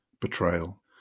betrayal